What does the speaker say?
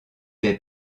des